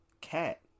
Cat